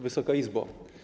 Wysoka Izbo!